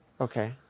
Okay